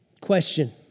Question